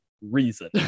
reason